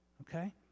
Okay